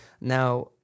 Now